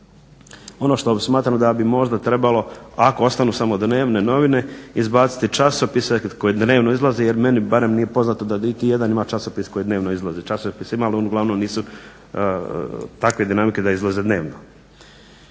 Ono što smatram da bi možda trebalo ako ostanu samo dnevne novine izbaciti časopise koje dnevno izlaze jer meni barem nije poznato da niti jedan ima časopis koji dnevno izlazi. Časopise imali, ali oni nisu takve dinamike da izlaze dnevno.